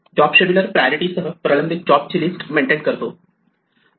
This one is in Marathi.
जॉब शेड्युलर प्रायोरिटी सह प्रलंबित जॉब ची लिस्ट मेंटेन करतो